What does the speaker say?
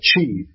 achieve